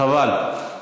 חבל.